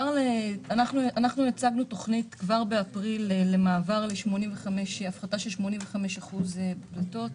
אנחנו הצבנו תוכנית כבר באפריל למעבר להפחתה של 85% פליטות.